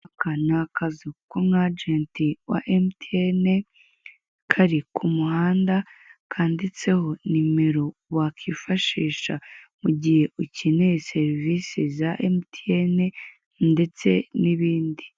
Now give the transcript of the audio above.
Aka ni akazu k'umwajenti wa emutiyene kari kumuhanda kanditseho nimero wakifashisha mugihe ukeneye serivise za emutiyene ndetse n'ibindi.